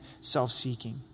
self-seeking